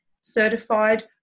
certified